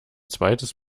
zweites